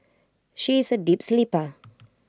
she is A deep sleeper